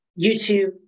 YouTube